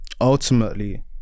ultimately